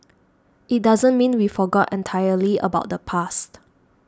it doesn't mean we forgot entirely about the past